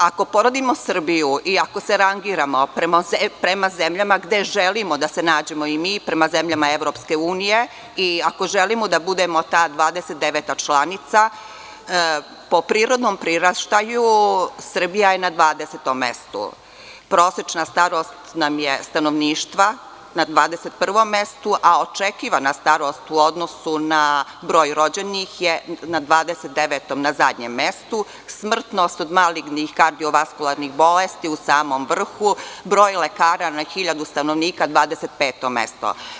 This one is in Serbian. Ako poredimo Srbiju i ako se rangiramo prema zemljama gde želimo da se nađemo, prema zemljama EU, ako želimo da budemo ta 29 članica, po prirodnom priraštaju Srbija je na 20 mestu, prosečna starost stanovništva je na 21 mestu, a očekivana starost u odnosu na broj rođenih je na 29, zadnjem mestu, smrtnost od malignih, kardio-vaskularnih bolesti su u samom vrhu, broj lekara na 1000 stanovnika zauzima 25 mesto.